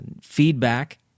feedback